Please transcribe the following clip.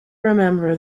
remember